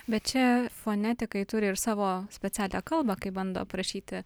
bet čia fonetikai turi ir savo specialią kalbą kaip bando aprašyti